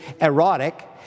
erotic